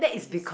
it's